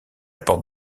porte